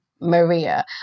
Maria